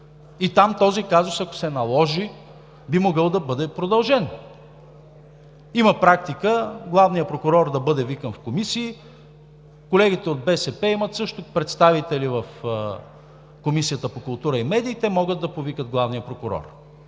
към този казус. И там, ако се наложи, този казус би могъл да бъде продължен. Има практика главният прокурор да бъде викан в комисии. Колегите от БСП имат също представители в Комисията по културата и медиите, те могат да повикат главния прокурор.